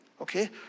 Okay